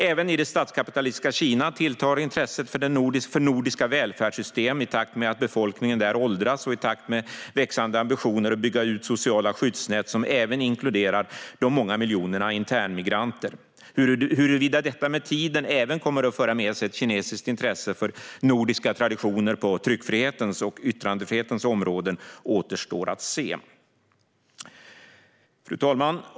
Även i det statskapitalistiska Kina tilltar intresset för nordiska välfärdssystem i takt med att befolkningen där åldras och i takt med växande ambitioner att bygga ut sociala skyddsnät som även inkluderar de många miljonerna internmigranter. Huruvida detta med tiden även kommer att föra med sig ett kinesiskt intresse för nordiska traditioner på tryckfrihetens och yttrandefrihetens områden återstår att se. Fru talman!